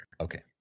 Okay